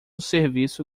serviço